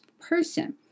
person